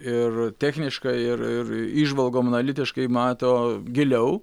ir techniškai ir ir įžvalgom analitiškai mato giliau